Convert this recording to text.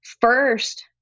first